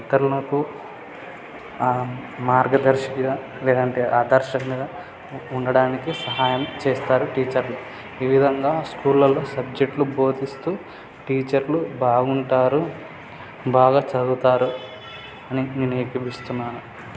ఇతరులకు మార్గదర్శక లేదంటే ఆదర్శంగా ఉండటానికి సహాయం చేస్తారు టీచర్లు ఈ విధంగా స్కూళ్ళలో సబ్జెక్టులు బోధిస్తూ టీచర్లు బాగుంటారు బాగా చదువుతారు అని నేను ఏకీభవిస్తున్నాను